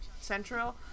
central